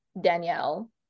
Danielle